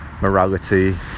morality